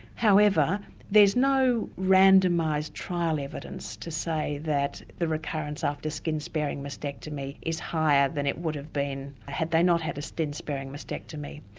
however there's no randomised trial evidence to say that the recurrence after skin-sparing mastectomy is higher than it would have been had they not had a skin-sparing mastectomy.